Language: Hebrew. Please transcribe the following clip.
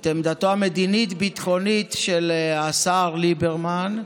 את עמדתו המדינית-ביטחונית של השר ליברמן,